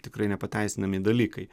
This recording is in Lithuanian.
tikrai nepateisinami dalykai